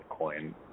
Bitcoin